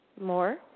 more